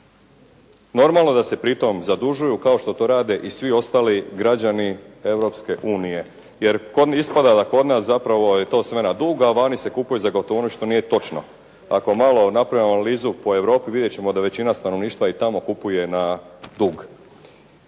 Normalno da se pritom zadužuju kao što to rade i svi ostali građani Europske unije, jer ispada da kod nas zapravo je to sve na dug a vani se kupuje za gotov inu što nije točno. Ako malo napravimo analizu po Europi, vidjeti ćemo da većina stanovništva i tamo kupuje na dug.